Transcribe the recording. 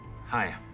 Hi